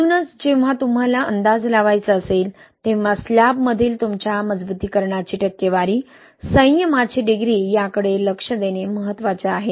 म्हणूनच जेव्हा तुम्हाला अंदाज लावायचा असेल तेव्हा स्लॅबमधील तुमच्या मजबुतीकरणाची टक्केवारी संयमाची डिग्री याकडे लक्ष देणे महत्त्वाचे आहे